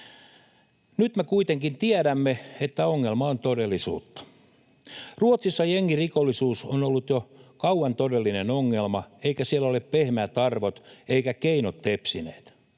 Nyt me kuitenkin tiedämme, että ongelma on todellisuutta. Ruotsissa jengirikollisuus on ollut jo kauan todellinen ongelma, eivätkä siellä ole pehmeät arvot eivätkä keinot tepsineet.